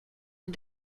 est